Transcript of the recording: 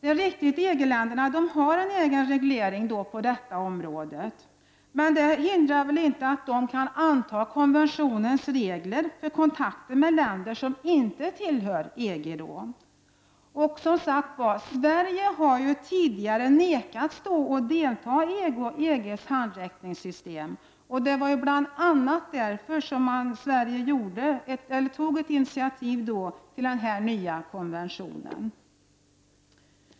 EG-länderna har en egen reglering på detta område. Men det hindrar väl inte att de kan tillämpa konventionens regler även vid kontakter med länder som inte tillhör EG. Sverige har tidigare vägrats att delta i EG:s handräckningssystem. Bl.a. därför tog Sverige initiativ till den nya konventionen.